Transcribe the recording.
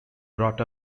brought